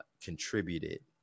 contributed